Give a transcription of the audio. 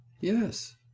Yes